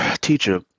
teacher